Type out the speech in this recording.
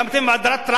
הקמתם את ועדת-טרכטנברג.